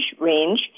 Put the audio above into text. range